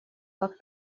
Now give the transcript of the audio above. как